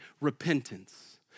repentance